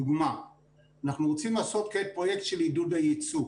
אלפי עובדים ואותם אלפי עובדים שנמצאים